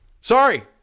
Sorry